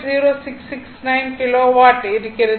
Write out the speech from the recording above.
0669 kilowatt வருகிறது